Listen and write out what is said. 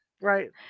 Right